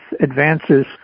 advances